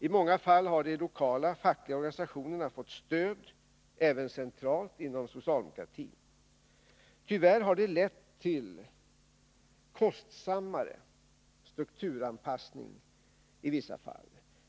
I många fall har de lokala fackliga organisationerna fått stöd även centralt inom socialdemokratin. Tyvärr har det lett till en kostsammare strukturanpassning i vissa fall.